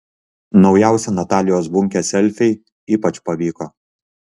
naujausi natalijos bunkės selfiai ypač pavyko